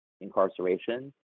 incarceration